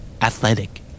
Athletic